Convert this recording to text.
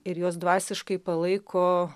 ir juos dvasiškai palaiko